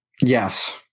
Yes